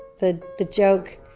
the the joke,